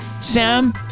Sam